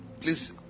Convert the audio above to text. please